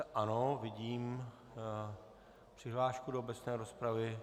Ano, vidím přihlášku do obecné rozpravy.